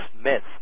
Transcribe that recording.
Smith